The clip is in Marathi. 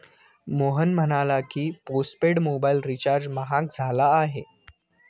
मोहन म्हणाला की, पोस्टपेड मोबाइल रिचार्ज महाग झाला आहे